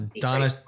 Donna